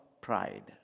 pride